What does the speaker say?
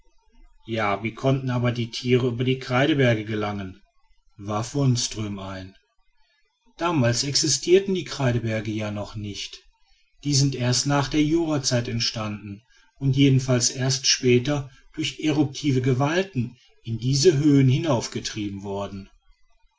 ja wie konnten aber die tiere über die kreideberge gelangen warf wonström ein damals existierten die kreideberge ja noch nicht die sind erst nach der jurazeit entstanden und jedenfalls erst später durch eruptive gewalten in diese höhen hinaufgetrieben worden